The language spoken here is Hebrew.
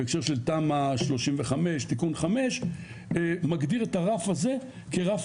בהקשר של תמ"א 35 תיקון 5 מגדיר את הרף הזה כרף